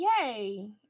yay